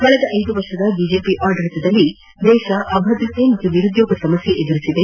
ಕಳೆದ ಐದು ವರ್ಷದ ಬಿಜೆಪಿ ಆಡಳಿತದಲ್ಲಿ ದೇಶ ಅಭದ್ರತೆ ಮತ್ತು ನಿರುದ್ಯೋಗ ಸಮಸ್ಯೆ ಎದುರಿಸಿದೆ